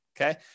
Okay